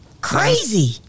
Crazy